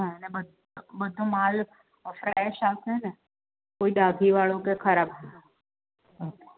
હા એટલે પણ બધો માલ ફ્રેશ આવશે ને કોઈ ડાઘીવાળો કે ખરાબ હા